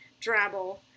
drabble